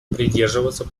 придерживаться